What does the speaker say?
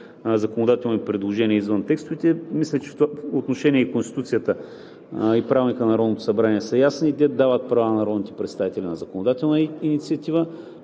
законодателни предложения извън текстовете. Мисля, че в това отношение и Конституцията, и Правилникът на Народното събрание са ясни и те дават права на народните представители на законодателна инициатива,